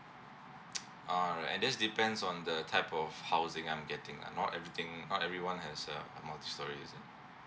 all right and that's depends on the type of housing I'm getting and not everything not everyone has a multistorey is it